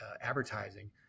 advertising